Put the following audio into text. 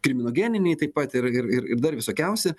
kriminogeniniai taip pat ir ir ir ir dar visokiausi